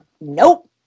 nope